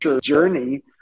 journey